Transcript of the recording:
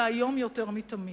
והיום יותר מתמיד.